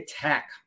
Tech